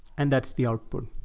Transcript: and that's the output.